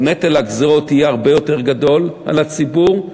או נטל הגזירות, יהיה הרבה יותר גדול על הציבור,